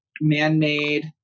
man-made